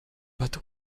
but